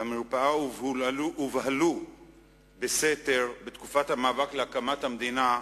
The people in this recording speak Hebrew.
למרפאה הובהלו בסתר, בתקופת המאבק להקמת המדינה,